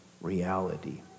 reality